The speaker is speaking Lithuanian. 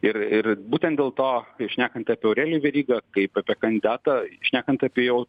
ir ir būtent dėl to šnekant apie aurelijų verygą kaip apie kandidatą šnekant apie jau